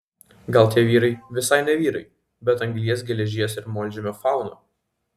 gal tie vyrai visai ne vyrai bet anglies geležies ir molžemio fauna